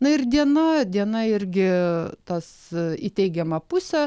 na ir diena diena irgi tas į teigiamą pusę